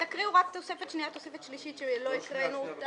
תקריאו רק את התוספת השנייה והשלישית שלא הקראנו.